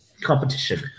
competition